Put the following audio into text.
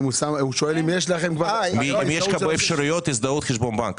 יש לך באפשרויות הזדהות חשבון בנק,